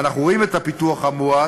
ואנחנו רואים את הפיתוח המואץ,